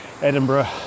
Edinburgh